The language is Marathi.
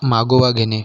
मागोवा घेणे